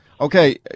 Okay